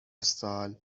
سال